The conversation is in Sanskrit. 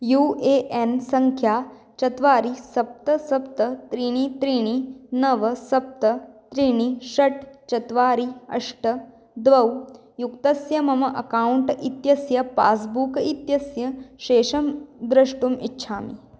यू ए एन् सङ्ख्या चत्वारि सप्त सप्त त्रीणि त्रीणि नव सप्त त्रीणि षट् चत्वारि अष्ट द्वे युक्तस्य मम अकौण्ट् इत्यस्य पास्बुक् इत्यस्य शेषं द्रष्टुम् इच्छामि